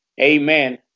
Amen